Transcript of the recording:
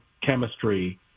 chemistry